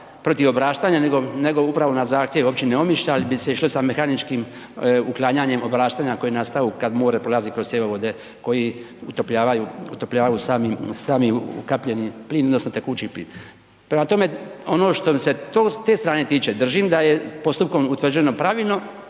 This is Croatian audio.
protiv obraštanja nego, nego upravo na zahtjev općine Omišalj bi se išlo sa mehaničkim uklanjanjem obraštanja koje nastaju kad more prolazi kroz cjevovode koji utopljavaju, utopljavaju sami, sami ukapljeni plin odnosno tekući plin. Prema tome, ono što se s te strane tiče, držim da je postupkom utvrđeno pravilno,